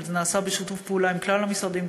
אבל זה נעשה בשיתוף פעולה עם כלל המשרדים,